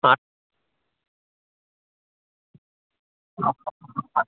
ആ